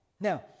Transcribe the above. Now